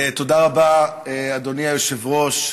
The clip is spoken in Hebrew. תודה רבה, אדוני היושב-ראש.